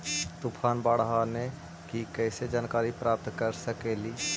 तूफान, बाढ़ आने की कैसे जानकारी प्राप्त कर सकेली?